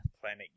Planet